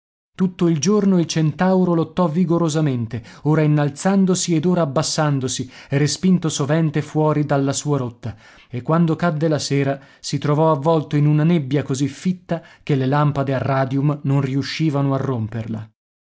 tutto il giorno il centauro lottò vigorosamente ora innalzandosi ed ora abbassandosi respinto sovente fuori dalla sua rotta e quando cadde la sera si trovò avvolto in una nebbia così fitta che le lampade a radium non riuscivano a romperla